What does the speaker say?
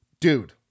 dude